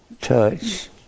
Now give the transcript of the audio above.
touch